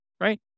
Right